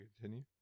continue